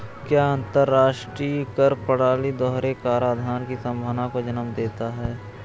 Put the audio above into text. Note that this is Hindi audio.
क्या अंतर्राष्ट्रीय कर प्रणाली दोहरे कराधान की संभावना को जन्म देता है?